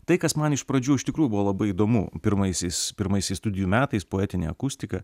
tai kas man iš pradžių iš tikrųjų buvo labai įdomu pirmaisiais pirmaisiais studijų metais poetinė akustika